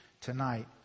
tonight